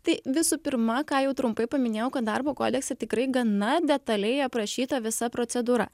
tai visų pirma ką jau trumpai paminėjau kad darbo kodekse tikrai gana detaliai aprašyta visa procedūra